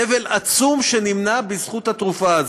סבל עצום שנמנע בזכות התרופה הזאת.